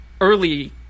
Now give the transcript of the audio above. early